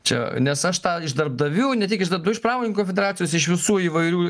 čia nes aš tą iš darbdavių ne tik iš darbdavių iš pramoninkų konfederacijos iš visų įvairių